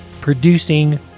producing